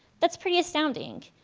that's pretty astounding.